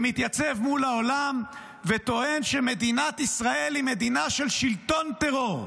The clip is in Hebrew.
ומתייצב מול העולם וטוען שמדינת ישראל היא מדינה של שלטון טרור.